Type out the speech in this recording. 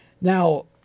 Now